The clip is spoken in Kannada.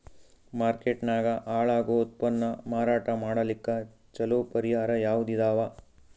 ಮಾರ್ಕೆಟ್ ನಾಗ ಹಾಳಾಗೋ ಉತ್ಪನ್ನ ಮಾರಾಟ ಮಾಡಲಿಕ್ಕ ಚಲೋ ಪರಿಹಾರ ಯಾವುದ್ ಇದಾವ?